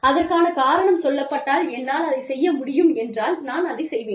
அதற்கான காரணம் சொல்லப்பட்டால் என்னால் அதை செய்ய முடியும் என்றால் நான் அதைச் செய்வேன்